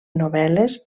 novel·les